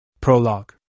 Prologue